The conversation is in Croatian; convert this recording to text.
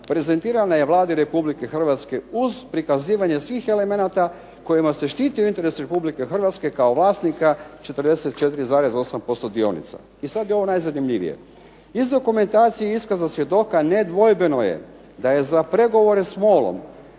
prezentirana je Vladi RH uz prikazivanje svih elemenata kojima se štitio interes RH kao vlasnika 44,8% dionica". I sad je ovo najzanimljivije: "Iz dokumentacije i iskaza svjedoka nedvojbeno je da je za pregovore s MOL-om